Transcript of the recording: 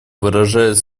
выражает